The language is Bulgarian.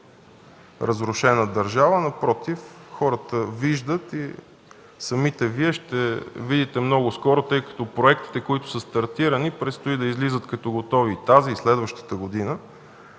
разрушена държава. Напротив, хората виждат. Самите Вие ще видите много скоро, тъй като проектите, които са стартирани, предстои да излизат като готови тази и следващата година.